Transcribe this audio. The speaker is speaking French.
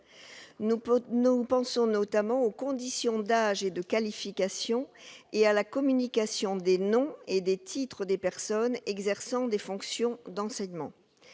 Nous pensons notamment aux conditions d'âge et de qualification et à la communication des noms et des titres des personnes exerçant des fonctions d'enseignement.